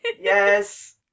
Yes